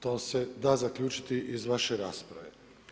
To se da zaključiti iz vaše rasprave.